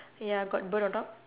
ya got bird on top